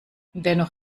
dennoch